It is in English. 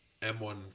M1